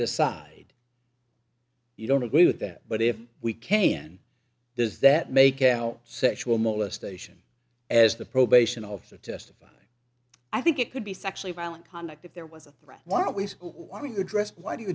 decide you don't agree with that but if we can does that make him no sexual molestation as the probation officer testified i think it could be sexually violent conduct if there was a threat why don't we want to address why do you